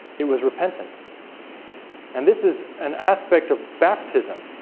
it was repentance and this is an aspect of baptism.